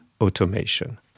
automation